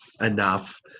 enough